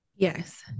yes